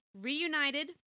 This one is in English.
reunited